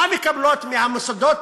מה הן מקבלות ממוסדות